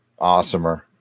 Awesomer